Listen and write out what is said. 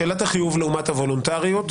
שאלת החיוב לעומת הוולונטריות,